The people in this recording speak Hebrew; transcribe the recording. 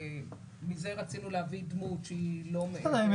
מזה רצינו להביא דמות שהיא לא --- בסדר, אם